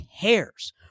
cares